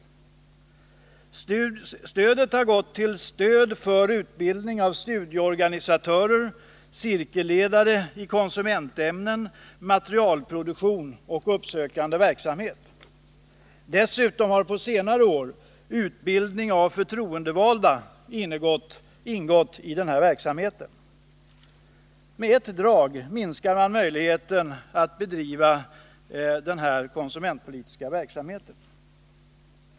Bidraget har varit avsett som stöd till utbildning av studieorganisatörer och cirkelledare i konsumentämnen samt till materialproduktion och uppsökande verksamhet. Dessutom har på senare år utbildning av förtroendevalda ingått i den här verksamheten. Med ett drag minskar man möjligheten att bedriva den här konsumentpolitiska verksamheten.